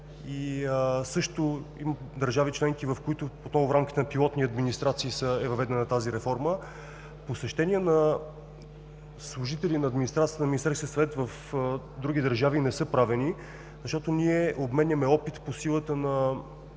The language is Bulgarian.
Също има държави членки, в които отново в рамките на пилотни администрации е въведена тази реформа. Посещения на служители на администрацията на Министерския съвет в други държави не са правени, защото ние обменяме опит по силата на